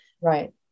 Right